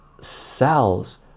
cells